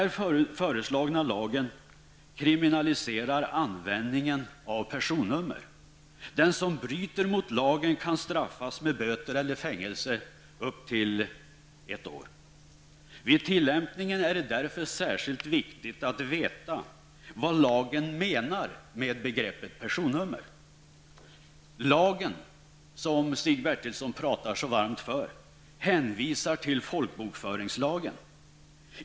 Den föreslagna lagen kriminaliserar användningen av personnummer. Den som bryter mot lagen kan straffas med böter eller fängelse upp till ett år. Vid tillämpningen är det därför särskilt viktigt att veta vad som i lagen menas med begreppet personnummer. I lagen som Stig Bertilsson talar så varmt för hänvisas till folkbokföringslagen.